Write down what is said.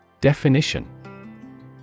Definition